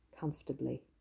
comfortably